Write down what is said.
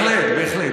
בהחלט, בהחלט.